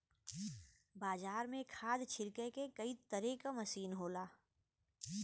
बाजार में खाद छिरके के कई तरे क मसीन होला